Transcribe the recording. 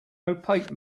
opaque